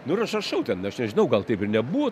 nu ir aš rašau ten aš nežinau gal taip ir nebuvo